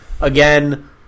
again